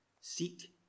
Seek